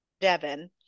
Devin